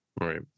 Right